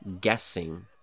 guessing